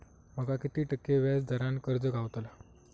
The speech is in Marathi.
माका किती टक्के व्याज दरान कर्ज गावतला?